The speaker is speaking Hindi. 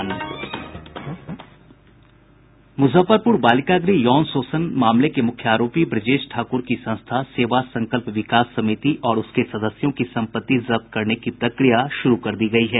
मुजफ्फरपुर बालिका गृह यौन शोषण मामले के मुख्य आरोपी ब्रजेश ठाकुर की संस्था सेवा संकल्प विकास समिति और उसके सदस्यों की सम्पत्ति जब्त करने की प्रक्रिया शुरू कर दी गई है